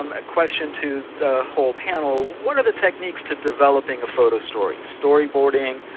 um a question to the whole panel, what are the techniques to developing a photo story, storyboarding,